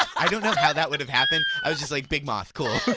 i don't know how that would have happened. i was just like big moth, cool.